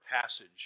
passage